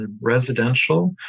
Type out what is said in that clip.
residential